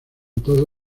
todo